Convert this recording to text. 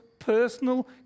Personal